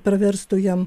praverstų jam